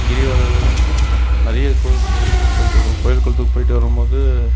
கிரிவலம் நிறைய கோயில் குளத்துக்கு போய்ட்டு வருவோம் கோயில் குளத்துக்கு போய்ட்டு வரும்போது